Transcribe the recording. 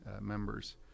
members